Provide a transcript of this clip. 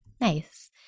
Nice